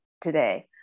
today